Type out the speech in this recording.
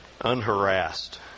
unharassed